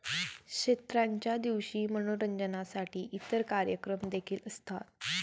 क्षेत्राच्या दिवशी मनोरंजनासाठी इतर कार्यक्रम देखील असतात